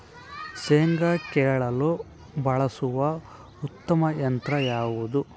ಶೇಂಗಾ ಕೇಳಲು ಬಳಸುವ ಉತ್ತಮ ಯಂತ್ರ ಯಾವುದು?